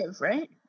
right